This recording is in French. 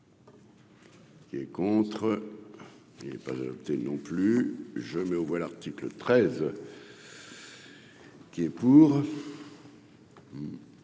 Qui est contre, il est pas adopté, non plus, je mets aux voix, l'article 13. Qui est pour,